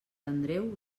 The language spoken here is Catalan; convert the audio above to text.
andreu